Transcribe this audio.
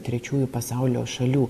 trečiųjų pasaulio šalių